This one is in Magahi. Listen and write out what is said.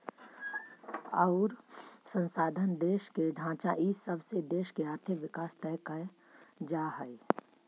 अउर संसाधन, देश के ढांचा इ सब से देश के आर्थिक विकास तय कर जा हइ